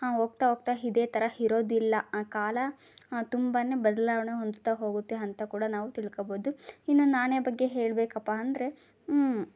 ಹೋಗ್ತಾ ಹೋಗ್ತಾ ಇದೇ ಥರ ಇರೋದಿಲ್ಲ ಆ ಕಾಲ ತುಂಬಾ ಬದಲಾವಣೆ ಹೊಂದುತ್ತಾ ಹೋಗುತ್ತೆ ಅಂತ ಕೂಡ ನಾವು ತಿಳ್ಕಬೌದು ಇನ್ನು ನಾಣ್ಯ ಬಗ್ಗೆ ಹೇಳಬೇಕಪ್ಪ ಅಂದರೆ